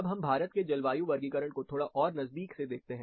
अब हम भारत के जलवायु वर्गीकरण को थोड़ा और नजदीक से देखते हैं